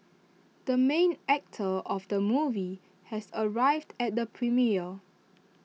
the main actor of the movie has arrived at the premiere